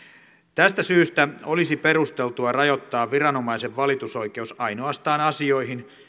tästä syystä olisi perusteltua rajoittaa viranomaisen valitusoikeus ainoastaan asioihin